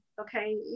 okay